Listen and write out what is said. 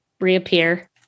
reappear